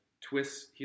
twists